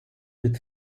with